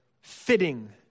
fitting